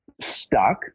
stuck